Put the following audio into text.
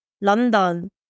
London